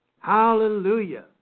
Hallelujah